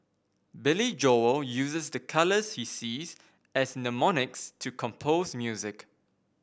Billy Joel uses the colours he sees as mnemonics to compose music